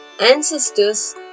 Ancestors